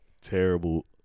Terrible